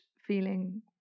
feeling